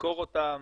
תחקור אותם,